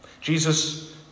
Jesus